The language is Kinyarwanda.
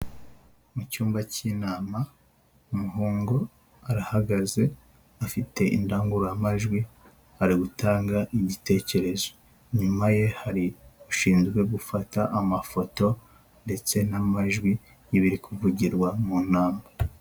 Mu cyumba cy'inama umuhungu arahagaze afite indangururamajwi, ari gutanga igitekerezo. Inyuma ye hari ushinzwe gufata amafoto ndetse n'amajwi y'ibiri kuvugirwa mu nama.